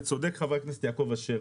וצודק חבר הכנסת יעקב אשר,